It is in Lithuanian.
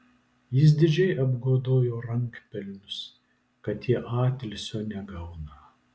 jis didžiai apgodojo rankpelnius kad jie atilsio negauną